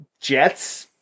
Jets